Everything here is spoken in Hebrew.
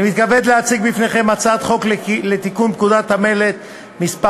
אני מתכבד להציג בפניכם הצעת חוק לתיקון פקודת המלט (מס'